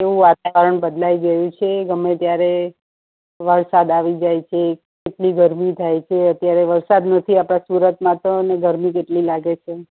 કેવું વાતાવરણ બદલાઈ ગયું છે ગમે ત્યારે વરસાદ આવી જાય છે એટલી ગરમી થાય છે અત્યારે વરસાદ નથી આપણા સુરતમાં તો અને ગરમી જ કેટલી લાગે છે